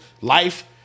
life